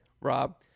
Rob